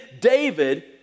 David